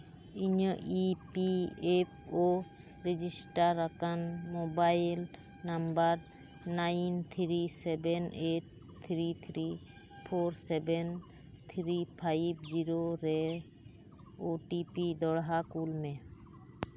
ᱤᱧᱟᱹᱜ E P F O register ᱟᱠᱟᱱ mobile number nine three seven eight three three four seven three five zero ᱨᱮ O T P ᱫᱚᱦᱲᱟ ᱠᱩᱞ ᱢᱮ